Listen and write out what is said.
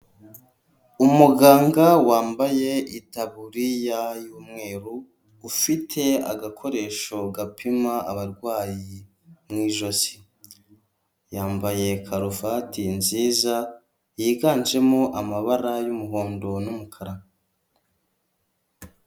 Umuganga wambaye itabuririya y'umweru ufite agakoresho gapima abarwayi, mu ijosi yambaye karuvati nziza yiganjemo amabara y'umuhondo n'umukara.